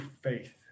faith